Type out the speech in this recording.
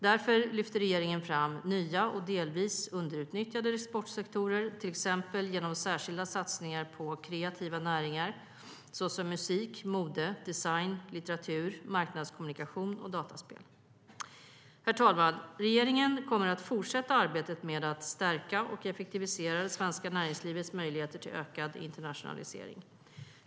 Därför lyfter regeringen fram nya och delvis underutnyttjade exportsektorer, till exempel genom särskilda satsningar på kreativa näringar såsom musik, mode, design, litteratur, marknadskommunikation och dataspel. Herr talman! Regeringen kommer att fortsätta arbetet med att stärka och effektivisera det svenska näringslivets möjligheter till ökad internationalisering.